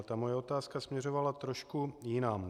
Ale moje otázka směřovala trošku jinam.